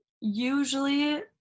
usually